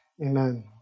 Amen